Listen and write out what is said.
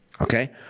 Okay